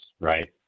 right